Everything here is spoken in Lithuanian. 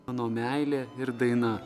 mano meilė ir daina